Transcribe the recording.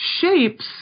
shapes